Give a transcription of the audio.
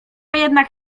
jednak